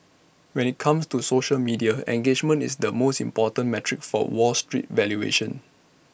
when IT comes to social media engagement is the most important metric for wall street valuations